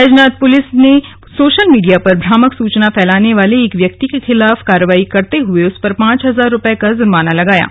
Baijnath police ने social media पर भ्रामक सूचना फैलाने वाले एक व्यक्ति के खिलाफ कार्रवाई करते हुए उस पर पांच हजार रुपये का जुर्माना लगाया है